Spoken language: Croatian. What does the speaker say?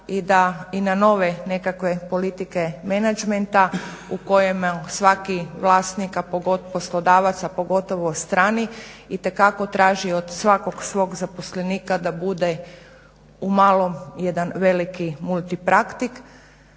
i na nove nekakve politike menadžmenta u kojima svaki vlasnik poslodavac, a pogotovo strani itekako traži od svakog svog zaposlenika da bude u malom jedan veliki multipraktik.